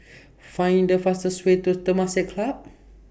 Find The fastest Way to Temasek Club